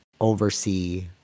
oversee